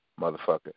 motherfucker